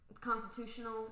constitutional